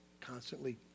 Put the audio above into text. constantly